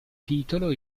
titolo